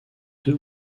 deux